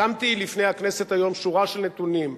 שמתי לפני הכנסת היום שורה של נתונים,